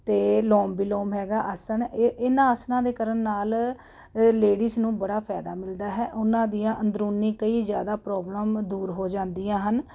ਅਤੇ ਲੋਮ ਵਿਲੋਮ ਹੈਗਾ ਆਸਣ ਇਹ ਇਹਨਾ ਆਸਣਾਂ ਦੇ ਕਰਨ ਨਾਲ ਲੇਡੀਜ ਨੂੰ ਬੜਾ ਫਾਇਦਾ ਮਿਲਦਾ ਹੈ ਉਹਨਾਂ ਦੀਆਂ ਅੰਦਰੂਨੀ ਕਈ ਜ਼ਿਆਦਾ ਪ੍ਰੋਬਲਮ ਦੂਰ ਹੋ ਜਾਂਦੀਆਂ ਹਨ